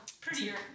Prettier